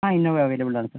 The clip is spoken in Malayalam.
ആ ഇന്നോവ അവൈലബിലാണ് സർ